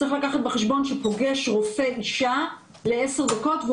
צריך לקחת בחשבון שפוגש רופא אישה ל-10 דקות והוא